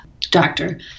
doctor